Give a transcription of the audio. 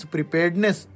Preparedness